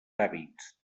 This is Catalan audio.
hàbits